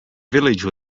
village